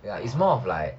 it is more of like